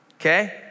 Okay